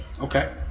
Okay